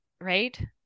right